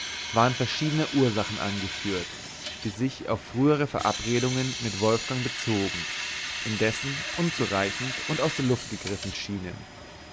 waren verschiedene ursachen angeführt die sich auf frühere verabredungen mit wolfgang bezogen indessen unzureichend und aus der luft gegriffen schienen